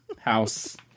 house